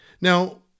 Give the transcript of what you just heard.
Now